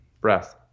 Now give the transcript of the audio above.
Breath